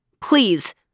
Please